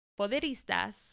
Poderistas